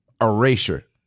erasure